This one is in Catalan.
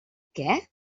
què